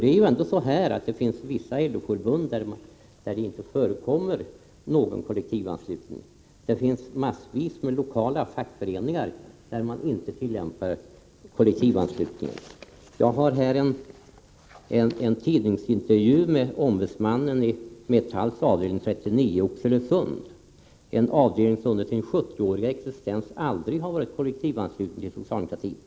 Det finns ändå vissa LO-förbund där det inte förekommer någon kollektivanslutning, och mängder av lokala fackföreningar tillämpar inte kollektivanslutningen. Jag har här en tidningsintervju med ombudsmannen i Metalls avdelning 39 i Oxelösund, en avdelning som under sin 70-åriga existens aldrig har varit kollektivansluten till socialdemokratin.